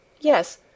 Yes